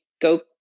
go